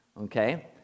okay